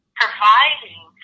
providing